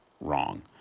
wrong